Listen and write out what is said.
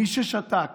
מי ששתק